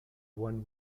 one